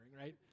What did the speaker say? right